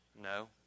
No